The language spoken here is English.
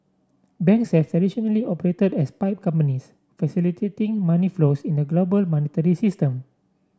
banks have traditionally operated as pipe companies facilitating money flows in the global monetary system